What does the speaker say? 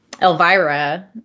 Elvira